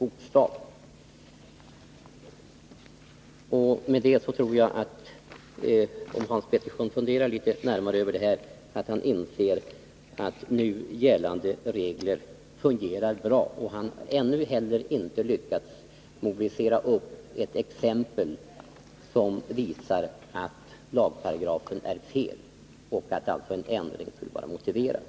Efter vad jag nu anfört tror jag att Hans Petersson, om han funderar litet närmare över detta, inser att nu gällande regler fungerar bra. Han har heller inte lyckats mobilisera något exempel som visar att lagparagrafen är felaktig och att alltså en ändring skulle vara motiverad.